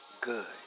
Good